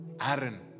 Aaron